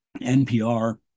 NPR